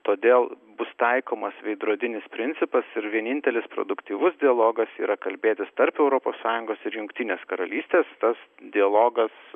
todėl bus taikomas veidrodinis principas ir vienintelis produktyvus dialogas yra kalbėtis tarp europos sąjungos ir jungtinės karalystės tas dialogas